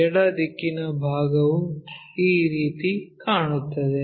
ಎಡ ದಿಕ್ಕಿನ ಭಾಗವು ಈ ರೀತಿ ಕಾಣುತ್ತದೆ